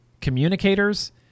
communicators